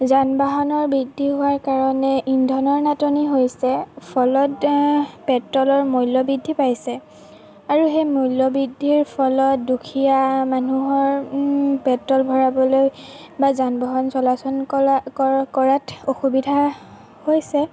যান বাহনৰ বৃদ্ধি হোৱাৰ কাৰণে ইন্ধনৰ নাটনি হৈছে ফলত পেট্ৰলৰ মূল্য বৃদ্ধি পাইছে আৰু সেই মূল্য বৃদ্ধিৰ ফলত দুখীয়া মানুহৰ পেট্ৰল ভৰাবলৈ বা যান বাহন চলাচল কৰাত অসুবিধা হৈছে